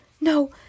No